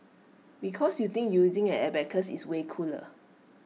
because you think using an abacus is way cooler